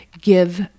give